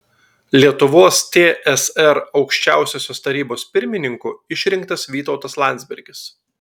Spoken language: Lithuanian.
lietuvos tsr aukščiausiosios tarybos pirmininku išrinktas vytautas landsbergis